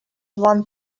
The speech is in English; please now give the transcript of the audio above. want